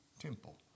temple